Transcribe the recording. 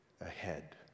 ahead